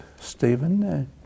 Stephen